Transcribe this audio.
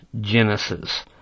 Genesis